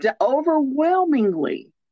overwhelmingly